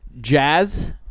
Jazz